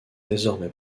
désormais